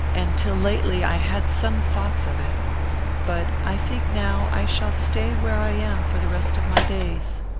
and till lately i had some thoughts of it but i think now i shall stay where i am for the rest of my days.